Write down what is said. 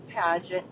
Pageant